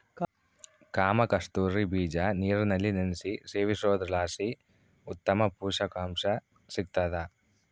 ಕಾಮಕಸ್ತೂರಿ ಬೀಜ ನೀರಿನಲ್ಲಿ ನೆನೆಸಿ ಸೇವಿಸೋದ್ರಲಾಸಿ ಉತ್ತಮ ಪುಷಕಾಂಶ ಸಿಗ್ತಾದ